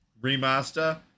remaster